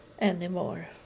anymore